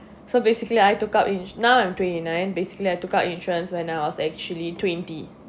so basically I took up ins~ now I'm twenty nine basically I took out insurance when I was actually twenty